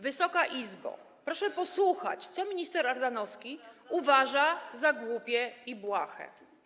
Wysoka Izbo, proszę posłuchać, co minister Ardanowski uważa za głupie i błahe.